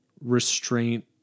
restraint